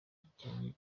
gikennye